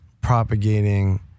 propagating